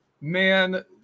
Man